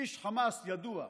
איש חמאס ידוע,